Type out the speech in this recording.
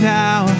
now